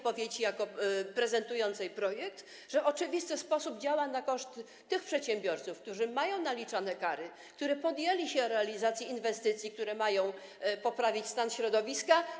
Prezentując projekt, mówiłam, że w oczywisty sposób działa on na korzyść tych przedsiębiorców, którzy mają naliczone kary, ale którzy podjęli się realizacji inwestycji, które mają poprawić stan środowiska.